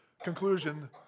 conclusion